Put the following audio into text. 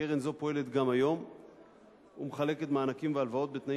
קרן זו פועלת גם היום ומחלקת מענקים והלוואות בתנאים